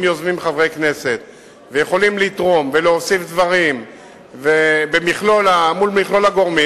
אם יוזמים חברי כנסת ויכולים לתרום ולהוסיף דברים מול מכלול הגורמים,